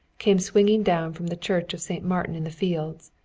came swinging down from the church of st. martin in the fields,